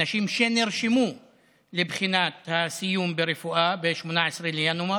אנשים שנרשמו לבחינת הסיום ברפואה ב-18 בינואר.